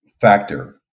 factor